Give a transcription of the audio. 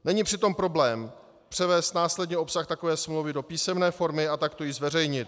Není přitom problém převést následně obsah takové smlouvy do písemné formy a takto ji zveřejnit.